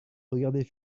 regardez